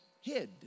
hid